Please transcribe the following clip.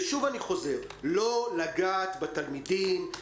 ושוב אני חוזר: לא לגעת בתלמידים,